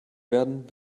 werden